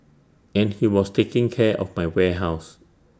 and he was taking care of my warehouse